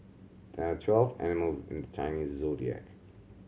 there are twelve animals in the Chinese Zodiac